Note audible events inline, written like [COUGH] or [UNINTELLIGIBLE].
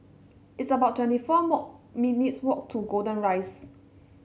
it's about twenty four [UNINTELLIGIBLE] minutes' walk to Golden Rise